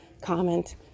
comment